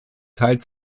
teilt